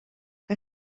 que